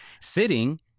sitting